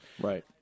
Right